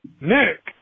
Nick